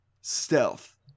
Stealth